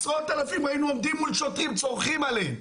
ראינו עשרות אלפים עומדים מול שוטרים צורחים עליהם,